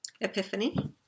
Epiphany